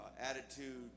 attitude